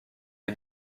est